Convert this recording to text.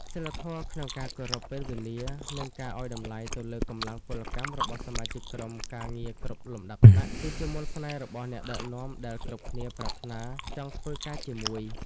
សីលធម៌ក្នុងការគោរពពេលវេលា និងការឱ្យតម្លៃទៅលើកម្លាំងពលកម្មរបស់សមាជិកក្រុមការងារគ្រប់លំដាប់ថ្នាក់ គឺជាមន្តស្នេហ៍របស់អ្នកដឹកនាំដែលគ្រប់គ្នាប្រាថ្នាចង់ធ្វើការជាមួយ។